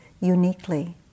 uniquely